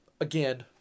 again